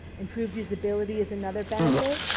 improved visibility is another benefit,